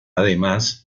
además